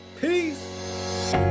Peace